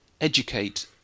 educate